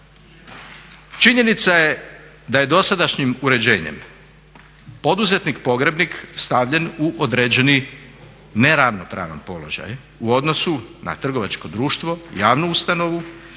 Činjenica je da je dosadašnjim uređenjem poduzetnik pogrebnik stavljen u određeni neravnopravan položaj u odnosu na trgovačko društvo, javnu ustanovu